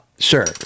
Sure